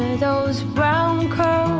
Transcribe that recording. those brown curls